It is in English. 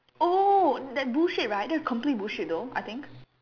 oh that bullshit right that's complete bullshit though I think